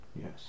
Yes